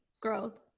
growth